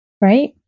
Right